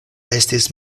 estis